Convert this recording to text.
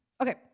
Okay